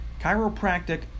chiropractic